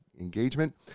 engagement